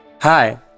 Hi